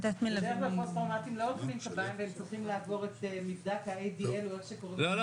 כל מה